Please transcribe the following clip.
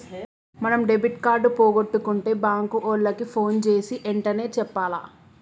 మనం debit card పోగొట్టుకుంటే bank ఓళ్ళకి పోన్ జేసీ ఎంటనే చెప్పాల